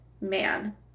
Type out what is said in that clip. man